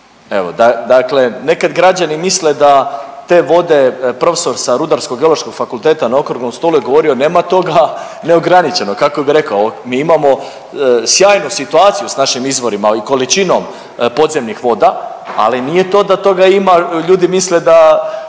Evo, dakle nekad građani misle da te vode, profesor sa Rudarsko-geološkog fakulteta na okruglom stolu je govorio nema toga neograničeno, kako bi rekao, mi imamo sjajnu situaciju s našim izvorima, ali i količinom podzemnih voda, ali nije to da toga ima, ljudi misle da